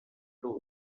truth